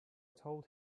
told